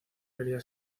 quería